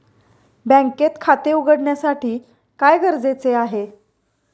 बँकेत खाते उघडण्यासाठी काय गरजेचे आहे?